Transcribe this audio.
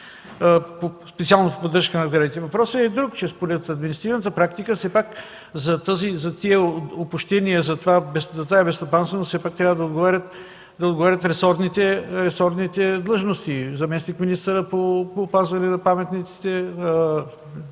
специално с поддръжката – третият въпрос е друг, че според административната практика все пак за тези опущения, за тази безстопанственост все пак трябва да отговарят ресорните длъжности – заместник-министърът по опазване паметниците